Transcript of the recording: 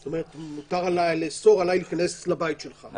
זאת אומרת, מותר לאסור עלי להיכנס לבית שלך.